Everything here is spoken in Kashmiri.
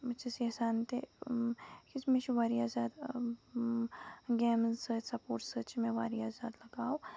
بہٕ چھَس یَژھان تہِ کیٛازِ مےٚ چھُ واریاہ زیادٕ گیمَن سۭتۍ سَپوٹ سۭتۍ چھُ مےٚ واریاہ زیادٕ لَگاو